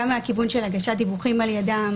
גם מהכיוון של הגשת דיווחים על-ידן